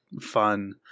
fun